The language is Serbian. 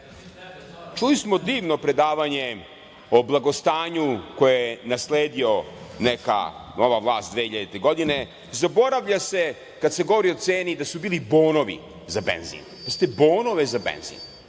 Čuli smo divno predavanje o blagostanju koje je nasledila neka nova vlast 2000. godine, zaboravlja se kada se govori o ceni da su bili bonovi za benzin, pazite, bonovi za benzin.